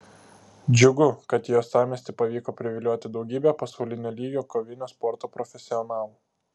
džiugu kad į uostamiestį pavyko privilioti daugybę pasaulinio lygio kovinio sporto profesionalų